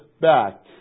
back